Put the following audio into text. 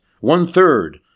One-third